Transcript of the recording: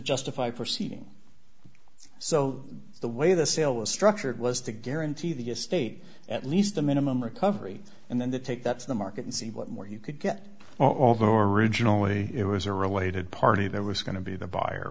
justify proceeding so the way the sale was structured was to guarantee the estate at least the minimum recovery and then the take that's the market and see what more you could get although originally it was a related party there was going to be the buyer